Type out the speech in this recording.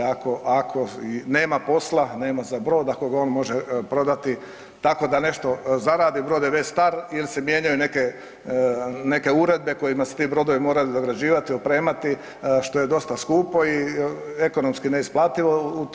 Ako nema posla, nema za brod, ako ga on može prodati tako da nešto zaradi, brod je već star ili se mijenjaju neke uredbe kojima se ti brodovi moraju dorađivati, opremati što je dosta skupo i ekonomski neisplativo.